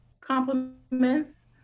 compliments